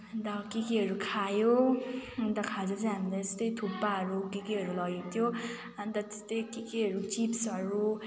अन्त अब के केहरू खायो अन्त खाजा चाहिँ हामीले यस्तै थुक्पाहरू के केहरू लगेको थियो अन्त त्यस्तै के केहरू चिप्सहरू